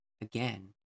again